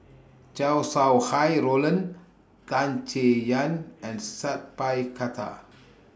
Chow Sau Hai Roland Tan Chay Yan and Sat Pal Khattar